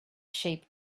sheep